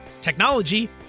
technology